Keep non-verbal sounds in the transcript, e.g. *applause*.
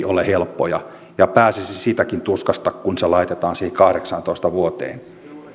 *unintelligible* ole helppoja pääsisi siitäkin tuskasta kun se raja laitettaisiin siihen kahdeksaantoista vuoteen